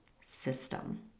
system